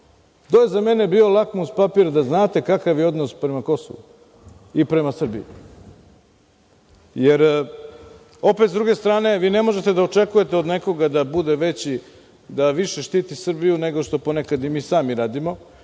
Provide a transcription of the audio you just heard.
To je za mene bio lakmus papir da znate kakav je odnos prema Kosovu i prema Srbiji, jer, opet s druge strane, vi ne možete da očekujete od nekoga da bude veći, da više štiti Srbiju nego što ponekad i mi sami radimo,